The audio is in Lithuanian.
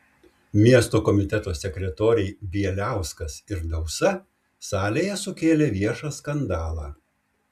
miesto komiteto sekretoriai bieliauskas ir dausa salėje sukėlė viešą skandalą